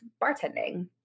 bartending